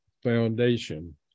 foundation